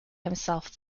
himself